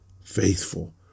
faithful